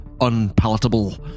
Unpalatable